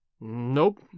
Nope